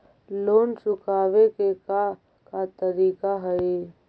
Loan चुकावे के का का तरीका हई?